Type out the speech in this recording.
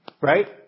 Right